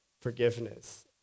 forgiveness